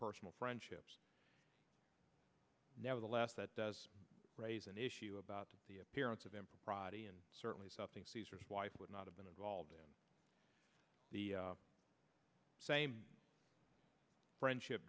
personal friendships nevertheless that does raise an issue about the appearance of impropriety and certainly something caesar's wife would not have been involved in the same